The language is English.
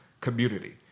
community